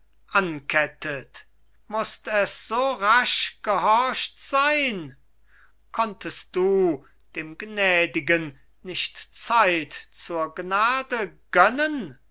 ankettet mußt es so rasch gehorcht sein konntest du dem gnädigen nicht zeit zur gnade gönnen